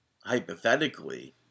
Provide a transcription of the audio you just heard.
Hypothetically